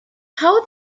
how